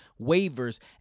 waivers